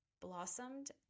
blossomed